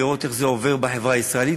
לראות איך זה עובר בחברה הישראלית,